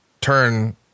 turn